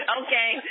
okay